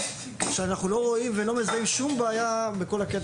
ואנחנו לא רואים ולא מזהים שום בעיה בכל הקטע